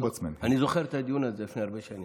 אני זוכר את הדיון הזה לפני הרבה שנים.